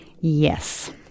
Yes